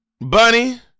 Bunny